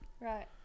Right